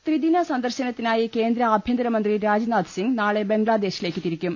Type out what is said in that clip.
ത്രിദിന സന്ദർശനത്തിനായി കേന്ദ്ര ആഭ്യന്ത്രമന്ത്രി രാജ്നാ ഥ്സിംഗ് നാളെ ബംഗ്ലാദേശിലേക്ക് തിരിക്കും